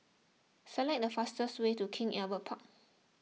select the fastest way to King Albert Park